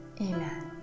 Amen